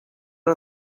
are